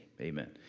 amen